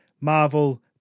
Marvel